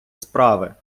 справи